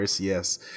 yes